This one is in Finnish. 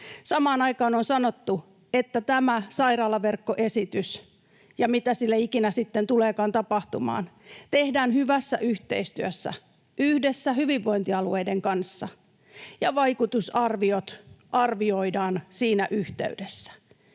Samaan aikaan on sanottu, että tämä sairaalaverkkoesitys, mitä sille ikinä sitten tuleekaan tapahtumaan, tehdään hyvässä yhteistyössä, yhdessä hyvinvointialueiden kanssa, ja vaikutusarviot arvioidaan siinä yhteydessä.